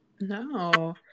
no